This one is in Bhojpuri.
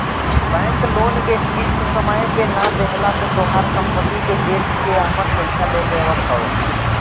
बैंक लोन के किस्त समय पे ना देहला पे तोहार सम्पत्ति के बेच के आपन पईसा ले लेवत ह